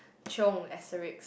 chiong asterisks